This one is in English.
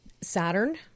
Saturn